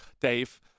Dave